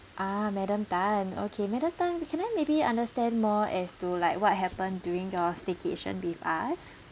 ah madam tan okay madam tan can I maybe understand more as to like what happen during your staycation with us